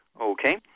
Okay